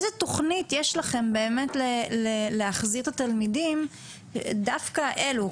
איזה תכנית יש לכם באמת להחזיר את התלמידים דווקא האלו,